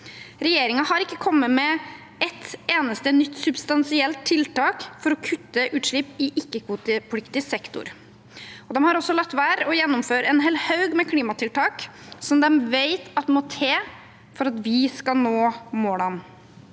Regjeringen har ikke kommet med et eneste nytt substansielt tiltak for å kutte utslipp i ikke-kvotepliktig sektor. De har også latt være å gjennomføre en hel haug med klimatiltak som de vet må til for at vi skal nå målene,